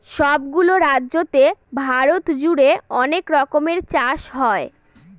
সব গুলো রাজ্যতে ভারত জুড়ে অনেক রকমের চাষ হয়